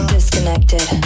Disconnected